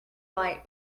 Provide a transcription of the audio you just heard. light